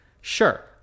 sure